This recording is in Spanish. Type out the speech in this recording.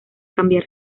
cambiar